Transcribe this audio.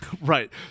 right